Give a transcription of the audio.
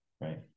right